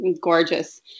gorgeous